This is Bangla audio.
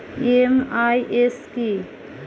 এম.আই.এস কি?